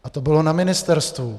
A to bylo na ministerstvu.